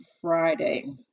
Friday